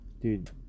dude